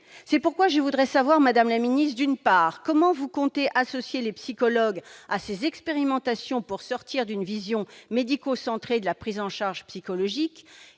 C'est pourquoi je voudrais savoir, madame la ministre, comment vous comptez, d'une part, associer les psychologues à ces expérimentations de façon à sortir d'une vision médico-centrée de la prise en charge psychologique